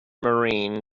marine